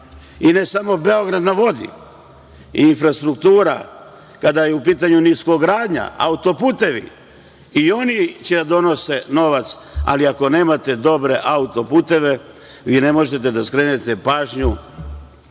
samo Beograd na vodi, i infrastruktura, kada je u pitanju niskogradnja, autoputevi, i oni će da donose novac, ali ako nemate dobre autoputeve vi ne možete da skrenete pažnju